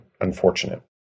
unfortunate